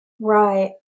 Right